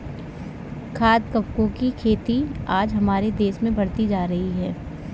खाद्य कवकों की खेती आज हमारे देश में बढ़ती जा रही है